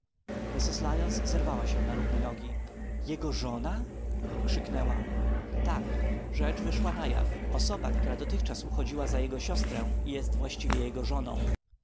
lyons zerwała się na równe nogi jego żona krzyknęła tak rzecz wyszła na jaw osoba która dotychczas uchodziła za jego siostrę jest właściwie jego żoną